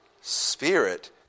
Spirit